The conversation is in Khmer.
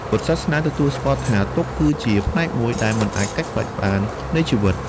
ពុទ្ធសាសនាទទួលស្គាល់ថា ទុក្ខគឺជាផ្នែកមួយដែលមិនអាចកាត់ផ្ដាច់បាននៃជីវិត។